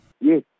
Yes